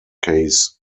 case